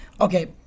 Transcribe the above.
okay